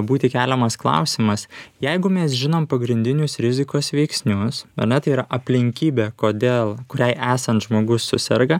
būti keliamas klausimas jeigu mes žinom pagrindinius rizikos veiksnius ane tai yra aplinkybę kodėl kuriai esant žmogus suserga